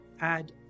add